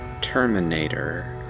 Terminator